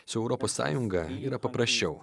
su europos sąjunga yra paprasčiau